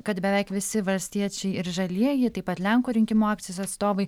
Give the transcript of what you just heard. kad beveik visi valstiečiai ir žalieji taip pat lenkų rinkimų akcijos atstovai